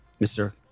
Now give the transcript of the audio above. Mr